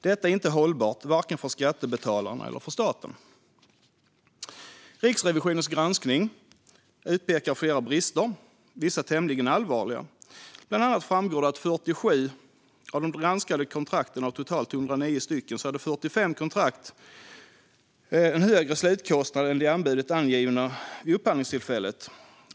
Detta är inte hållbart för vare sig skattebetalarna eller staten. I Riksrevisionens granskning utpekas flera brister, vissa tämligen allvarliga. Det framgår bland annat att av de 47 granskade kontrakten av totalt 109 hade 45 kontrakt en högre slutkostnad än det som angivits i anbudet vid upphandlingstillfället.